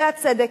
זה הצדק,